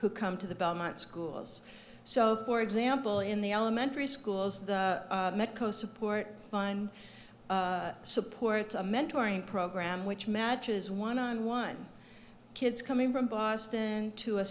who come to the belmont schools so for example in the elementary schools the medco support fine supports a mentoring program which matches one on one kids coming from boston to a